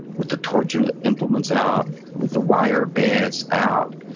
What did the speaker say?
with the torture implements out, with the wire beds out,